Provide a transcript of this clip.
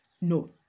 No